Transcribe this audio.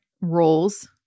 roles